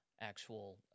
actual